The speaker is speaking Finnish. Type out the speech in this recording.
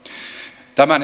tämän